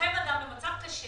שוכב אדם במצב קשה